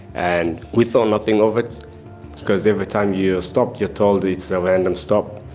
and we thought nothing of it because every time you're stopped, you're told it's a random stop,